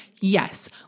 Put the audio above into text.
Yes